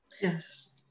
Yes